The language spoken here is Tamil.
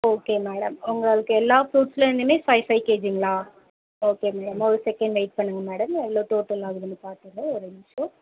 ஓகே மேடம் உங்களுக்கு எல்லா ஃப்ரூட்ஸ்லேந்துமே ஃபைவ் ஃபைவ் கேஜிங்களா ஓகே மேடம் ஒரு செகண்ட் வெயிட் பண்ணுங்கள் மேடம் எவ்வளோ டோட்டல் ஆகுதுன்னு பார்த்துடுறேன் ஒரு நிமிஷம்